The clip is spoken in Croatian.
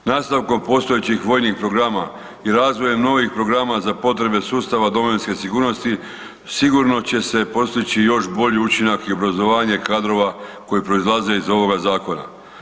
Nastavkom postojećih vojnih programa i razvojem novih programa za potrebe sustava domovinske sigurnosti sigurno će se postići još bolji učinak i obrazovanje kadrova koji proizlaze iz ovoga zakona.